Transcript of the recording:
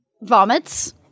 Vomits